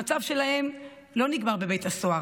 המצב שלהם לא נגמר בבית הסוהר,